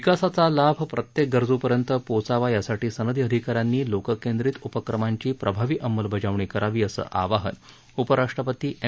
विकासाचा लाभ प्रत्येक गरजूपर्यंत पोचावा यासाठी सनदी अधिकाऱ्यांनी लोककेंद्रित उपक्रमांची प्रभावी अंमलबजावणी करावी असं आवाहन उपराष्ट्रपती एम